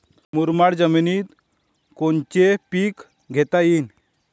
मुरमाड जमिनीत कोनचे पीकं घेता येईन?